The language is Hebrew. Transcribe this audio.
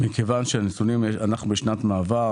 אנחנו בשנת מעבר.